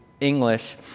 English